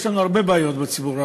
יש לנו הרבה בעיות בציבור,